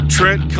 Trent